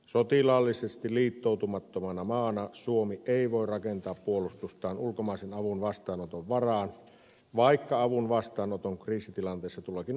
sotilaallisesti liittoutumattomana maana suomi ei voi rakentaa puolustustaan ulkomaisen avun vastaanoton varaan vaikka avun vastaanoton kriisitilanteissa tuleekin olla mahdollista